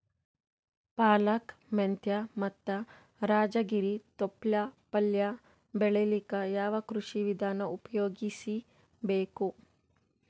ಪಾಲಕ, ಮೆಂತ್ಯ ಮತ್ತ ರಾಜಗಿರಿ ತೊಪ್ಲ ಪಲ್ಯ ಬೆಳಿಲಿಕ ಯಾವ ಕೃಷಿ ವಿಧಾನ ಉಪಯೋಗಿಸಿ ಬೇಕು?